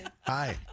Hi